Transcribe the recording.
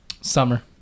Summer